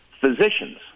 physicians